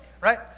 right